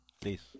Please